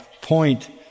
point